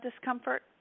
discomfort